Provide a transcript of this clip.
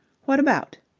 what about?